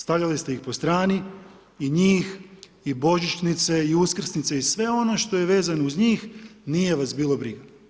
Stavljali ste ih po strani i njih, i božićnice, i uskrsnice i sve ono što je vezano uz njih nije vas bilo briga.